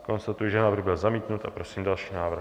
Konstatuji, že návrh byl zamítnut, a prosím další návrh.